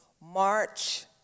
March